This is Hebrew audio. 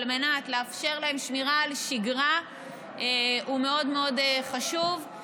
מנת לאפשר להם שמירה על שגרה היא מאוד מאוד חשובה,